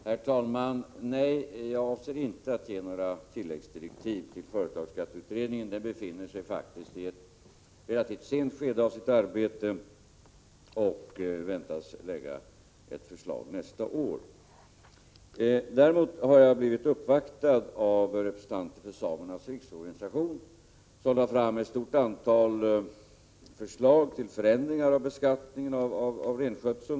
Herr talman! Nej, jag avser inte att ge några tilläggsdirektiv till företagsskattekommittén. Den befinner sig i ett relativt sent skede av sitt arbete och väntas lägga fram ett förslag nästa år. Däremot har jag blivit uppvaktad av representanter för samernas riksorganisation, som lade fram ett stort antal 75 förslag till förändringar i beskattningen av renskötseln.